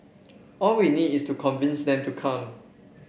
all we need is to convince them to come